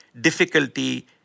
difficulty